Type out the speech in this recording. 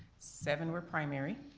seven were primary,